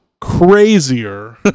crazier